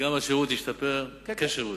וגם השירות השתפר כשירות.